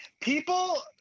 People